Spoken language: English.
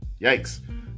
yikes